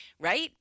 right